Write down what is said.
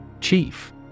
Chief